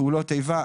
פעולות איבה,